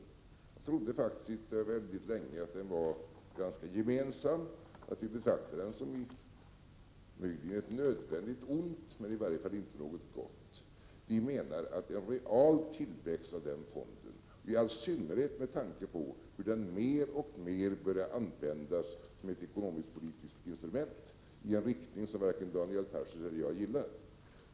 Jag trodde väldigt länge att vi hade en gemensam syn, att den betraktades som möjligen ett nödvändigt ont men i varje fall inte som något gott. En ytterligare real tillväxt av fonden är inte nödvändig, i all synnerhet med tanke på hur den mer och mer börjar användas som ett ekonomiskpolitiskt instrument i en riktning som varken Daniel Tarschys eller jag gillar.